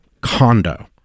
condo